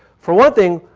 for one thing,